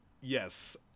yes